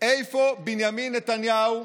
איפה בנימין נתניהו,